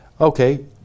Okay